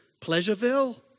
Pleasureville